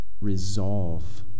resolve